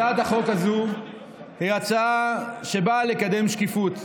הצעת החוק הזו היא הצעה שבאה לקדם שקיפות.